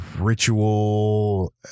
ritual